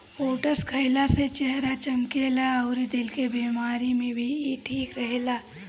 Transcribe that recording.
oats खाइला से चेहरा चमकेला अउरी दिल के बेमारी में भी इ ठीक रहेला